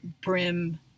brim